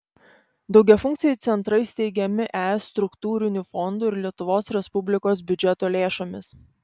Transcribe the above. daugiafunkciai centrai steigiami es struktūrinių fondų ir lietuvos respublikos biudžeto lėšomis